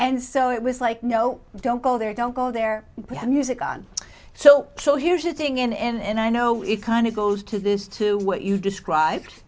so it was like no don't go there don't go there we have music on so so here's the thing and i know it kind of goes to this to what you described